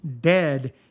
dead